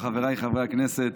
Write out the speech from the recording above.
חבריי חברי הכנסת,